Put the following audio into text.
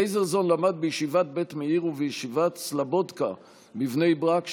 לייזרזון למד בישיבת בית מאיר ובישיבת סלבודקה בבני ברק,